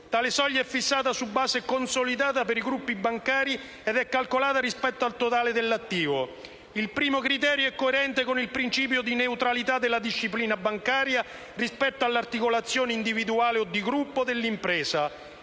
Tale soglia è fissata su base consolidata per i gruppi bancari ed è calcolata rispetto al totale dell'attivo. Il primo criterio è coerente con il principio di neutralità della disciplina bancaria rispetto all'articolazione individuale o di gruppo dell'impresa.